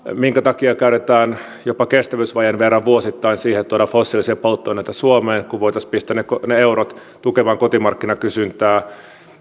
minkä takia käytetään jopa kestävyysvajeen verran vuosittain siihen että tuodaan fossiilisia polttoaineita suomeen kun voitaisiin pistää ne eurot tukemaan kotimarkkinakysyntää